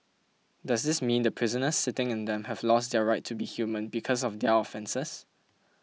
does this mean the prisoners sitting in them have lost their right to be human because of their offences